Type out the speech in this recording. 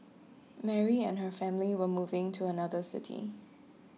Mary and her family were moving to another city